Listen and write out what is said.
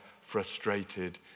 frustrated